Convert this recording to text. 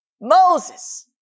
Moses